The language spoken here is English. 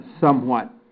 somewhat